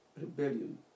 rebellion